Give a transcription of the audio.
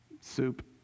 soup